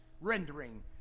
rendering